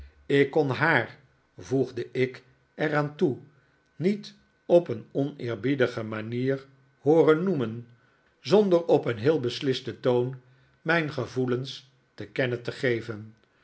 ik kon haar voegde ik er aan toe niet op een oneerbie'dige manier hooren noemen zonder op een zeer beslisten toon mijn gevoelens te kennen te geven